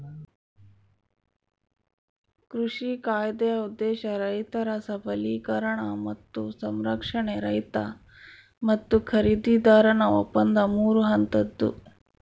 ಕೃಷಿ ಕಾಯ್ದೆಯ ಉದ್ದೇಶ ರೈತರ ಸಬಲೀಕರಣ ಮತ್ತು ಸಂರಕ್ಷಣೆ ರೈತ ಮತ್ತು ಖರೀದಿದಾರನ ಒಪ್ಪಂದ ಮೂರು ಹಂತದ್ದು